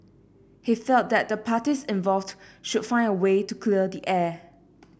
he felt that the parties involved should find a way to clear the air